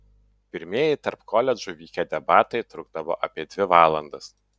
pirmieji tarp koledžų vykę debatai trukdavo apie dvi valandas